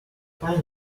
find